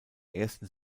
ersten